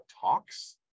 talks